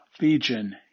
Legion